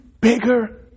bigger